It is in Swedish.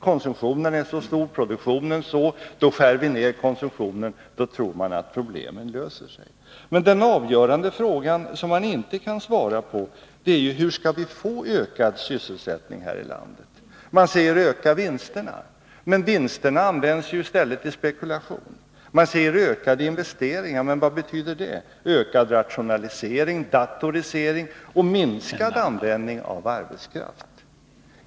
Konsumtionen är så stor och produktionen så hög — då skär vi ned konsumtionen. På det sättet tror man att problemen löser sig. Den avgörande frågan, som man inte kan svara på, är: Hur skall vi få ökad sysselsättning här i landet? Man säger: Öka vinsterna! Men vinsterna används ju i stället i spekulationssyfte. Och man säger: Öka investeringarna! Vad betyder det? Det betyder ökad rationalisering, datorisering och minskad användning av arbetskraft.